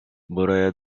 buraya